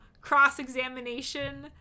cross-examination